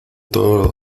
todo